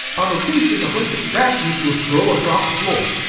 on occasion, a bunch of statues will scroll across the floor.